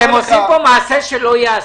--- אתם עושים פה מעשה שלא ייעשה.